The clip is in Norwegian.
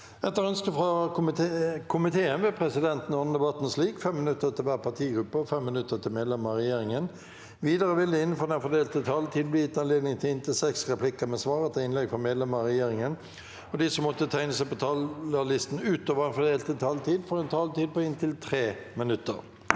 og kulturkomiteen vil presidenten ordne debatten slik: 5 minutter til hver partigruppe og 5 minutter til medlemmer av regjeringen. Videre vil det – innenfor den fordelte taletid – bli gitt anledning til inntil seks replikker med svar etter innlegg fra medlemmer av regjeringen, og de som måtte tegne seg på talerlisten utover den fordelte taletid, får en taletid på inntil 3 minutter.